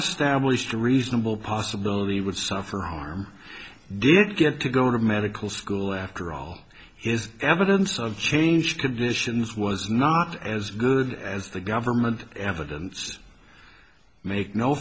established a reasonable possibility would suffer harm did get to go to medical school after all his evidence of changed traditions was not as good as the government evidence make no